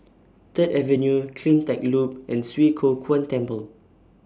Third Avenue CleanTech Loop and Swee Kow Kuan Temple